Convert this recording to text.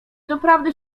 doprawdy